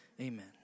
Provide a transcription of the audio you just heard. amen